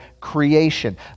creation